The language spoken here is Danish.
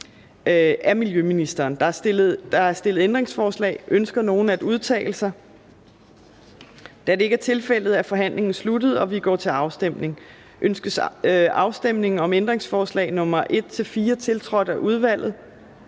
Der er stillet ændringsforslag. Ønsker nogen at udtale sig? Da det ikke er tilfældet, er forhandlingen sluttet, og vi går til afstemning. Kl. 14:51 Afstemning Fjerde næstformand (Trine